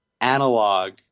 analog